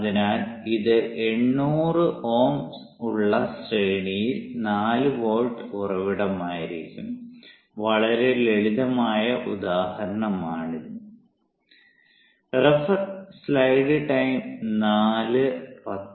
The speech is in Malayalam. അതിനാൽ ഇത് 800 Ω ഉള്ള ശ്രേണിയിൽ 4 വോൾട്ട് ഉറവിടമായിരിക്കും വളരെ ലളിതമായ ഉദാഹരണം ആണ് ഇത്